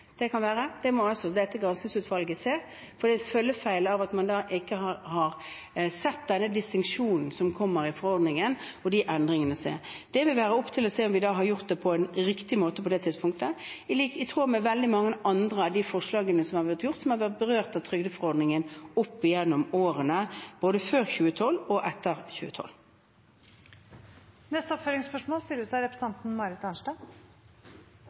det kan være. Det må dette granskingsutvalget se på – en følgefeil av at man ikke har sett denne distinksjonen som kommer i forordningen og de endringene. Man må se om vi har gjort det på en riktig måte på det tidspunktet, i tråd med veldig mange andre av forslagene som har vært berørt av trygdeforordningen opp gjennom årene, både før 2012 og etter 2012. Marit Arnstad – til oppfølgingsspørsmål.